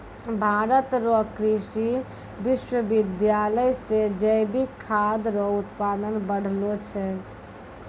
भारत रो कृषि विश्वबिद्यालय से जैविक खाद रो उत्पादन बढ़लो छै